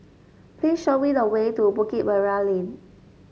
please show me the way to Bukit Merah Lane